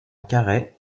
carhaix